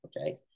Okay